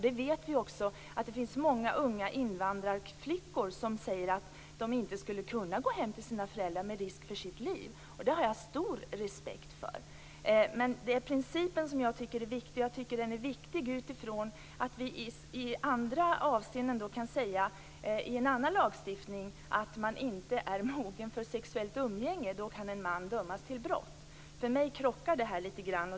Vi vet också att det finns många unga invandrarflickor som säger att de går hem till sina föräldrar med risk för sina liv. Det har jag stor respekt för. Det är principen som jag tycker är viktig. Jag tycker att den är viktig utifrån att vi i andra avseenden, i en annan lagstiftning, kan säga att man inte är mogen för sexuellt umgänge i en viss ålder. Sker det kan en man dömas för brott. För mig krockar detta lite grann.